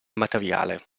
materiale